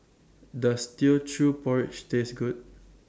Does Teochew Porridge Taste Good